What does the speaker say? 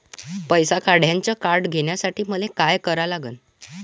पैसा काढ्याचं कार्ड घेण्यासाठी मले काय करा लागन?